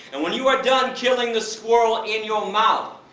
and when you are done killing this squirrel in your mouth,